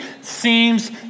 seems